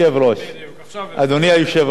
אדוני היושב-ראש, ביום ראשון